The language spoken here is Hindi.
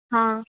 हाँ